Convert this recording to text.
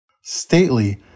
Stately